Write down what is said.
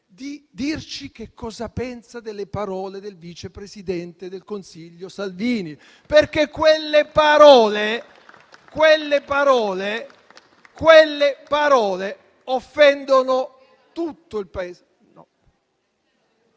di dirci che cosa pensa delle parole del vice presidente del Consiglio Salvini, perché quelle parole offendono tutto il Paese